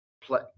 play